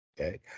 Okay